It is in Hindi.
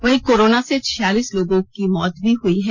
वहीं कोरोना से छियालीस लोगों को मौत भी हुई है